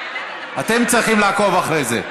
אתם צריכים לעקוב אחרי זה.